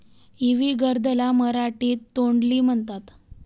इवी gourd ला मराठीत तोंडली म्हणतात